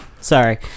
sorry